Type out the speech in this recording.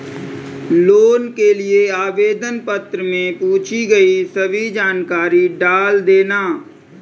loan के लिए आवेदन पत्र में पूछी गई सभी जानकारी डाल देना